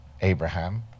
Abraham